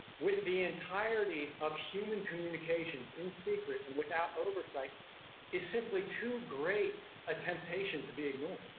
with the entirety of human communications in secret and without oversight is simply too great a temptation to be ignored.